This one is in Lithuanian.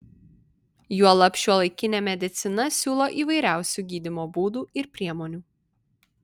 juolab šiuolaikinė medicina siūlo įvairiausių gydymo būdų ir priemonių